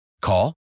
Call